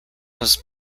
was